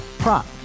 prop